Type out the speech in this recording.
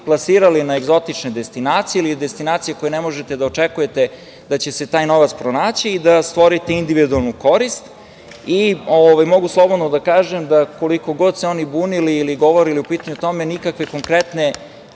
plasirali na egzotične destinacije ili destinacije koje ne možete da očekujete da će se taj novac pronaći i da stvorite individualnu korist. Mogu slobodno da kažem da koliko god se oni bunili ili govorili o tome, nikakve konkretne